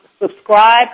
subscribe